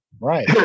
Right